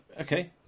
okay